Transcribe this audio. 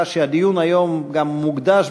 שהדיון היום גם מוקדש,